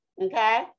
okay